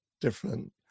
different